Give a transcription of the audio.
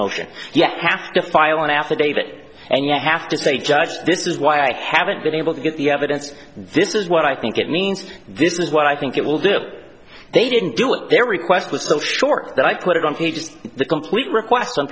motion yet have to file an affidavit and you have to say judge this is why i haven't been able to get the evidence this is what i think it means this is what i think it will do they didn't do it their request was so short that i put it on pages the complete request on